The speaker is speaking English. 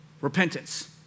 Repentance